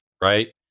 right